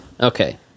okay